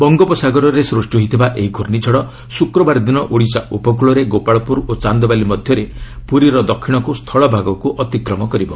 ବଙ୍ଗୋପସାଗରରେ ସ୍ନୁଷ୍ଟି ହୋଇଥିବା ଏହି ଘୂର୍ଷିଝଡ଼ ଶୁକ୍ରବାର ଦିନ ଓଡ଼ିଶା ଉପକୂଳରେ ଗୋପାଳପୁର ଓ ଚାନ୍ଦବାଲି ମଧ୍ୟରେ ପୁରୀର ଦକ୍ଷିଣକୁ ସ୍ଥଳଭାଗକୁ ଅତିକ୍ରମ କରିବ